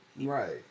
Right